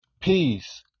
peace